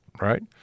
Right